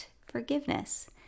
Forgiveness